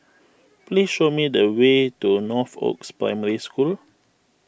please show me the way to Northoaks Primary School